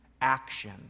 action